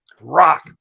Rock